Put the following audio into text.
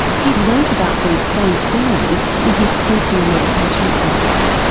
he'd learnt about these same feelings in his personal meditation practice,